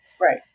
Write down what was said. Right